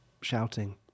shouting